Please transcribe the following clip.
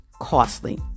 costly